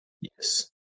yes